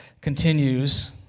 continues